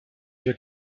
yeux